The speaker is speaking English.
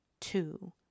two